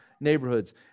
neighborhoods